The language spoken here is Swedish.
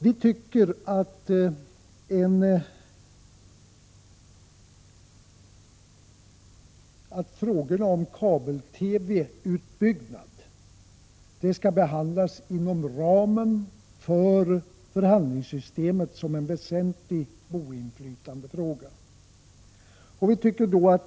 Vi tycker att kabel-TV-utbyggnaden skall behandlas inom ramen för förhandlingssystemet som en väsentlig boinflytandefråga.